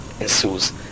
ensues